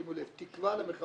שימו לב תקווה למחבלים